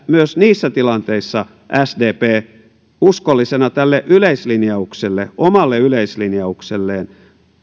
myös niissä tilanteissa sdp uskollisena tälle yleislinjaukselle omalle yleislinjaukselleen